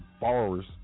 borrowers